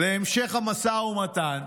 להמשך המשא ומתן,